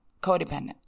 Codependent